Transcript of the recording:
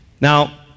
Now